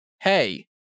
hey